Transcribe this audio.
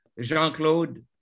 Jean-Claude